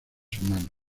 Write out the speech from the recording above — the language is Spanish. humanos